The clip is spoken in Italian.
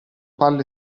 palle